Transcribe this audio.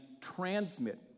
transmit